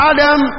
Adam